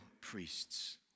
priests